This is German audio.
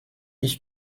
ich